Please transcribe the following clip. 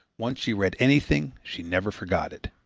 once she read anything she never forgot it.